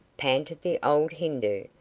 panted the old hindoo,